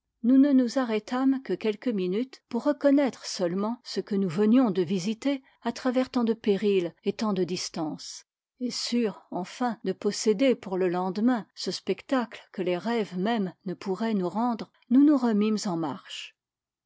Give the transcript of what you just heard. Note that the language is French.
nous ne nous arrêtâmes que quelques minutes pour reconnaître seulement ce que nous venions visiter à travers tant de périls et tant de distances et sûrs enfin de posséder pour le lendemain ce spectacle que les rêves même ne pourraient nous rendre nous nous remîmes en marche